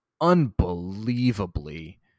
unbelievably